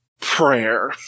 prayer